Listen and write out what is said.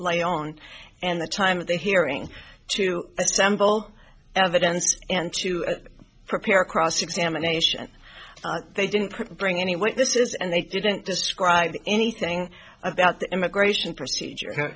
light on and the time of the hearing to assemble evidence and to prepare cross examination they didn't print bring anyone this is and they didn't describe anything about the immigration procedure